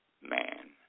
man